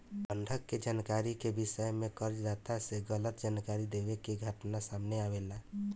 बंधक के जानकारी के विषय में कर्ज दाता से गलत जानकारी देवे के घटना सामने आवेला